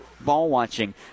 ball-watching